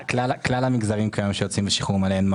לכלל המגזרים שיוצאים לשחרור מלא.